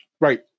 Right